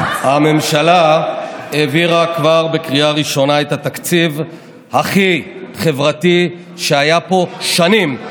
הממשלה העבירה כבר בקריאה ראשונה את התקציב הכי חברתי שהיה פה שנים.